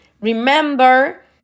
remember